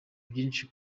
byinshi